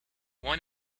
one